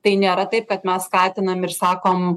tai nėra taip kad mes skatinam ir sakom